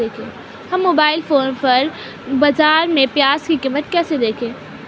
हम mobile phone पर बाज़ार में प्याज़ की कीमत कैसे देखें?